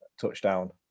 touchdown